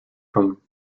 from